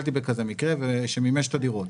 ונתקלתי במקרה כזה - שמימש את הדירות.